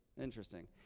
Interesting